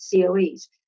COEs